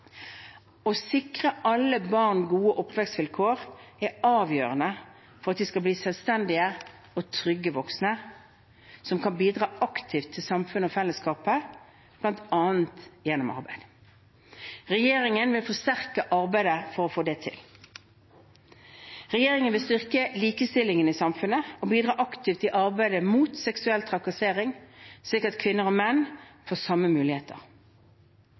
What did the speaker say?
Å sikre alle barn gode oppvekstvilkår er avgjørende for at de skal bli til selvstendige og trygge voksne, som kan bidra aktivt til samfunnet og fellesskapet, bl.a. gjennom arbeid. Regjeringen vil forsterke arbeidet for å få det til. Regjeringen vil styrke likestillingen i samfunnet og bidra aktivt i arbeidet mot seksuell trakassering, slik at kvinner og menn får samme muligheter.